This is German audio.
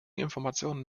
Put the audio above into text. informationen